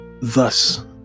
thus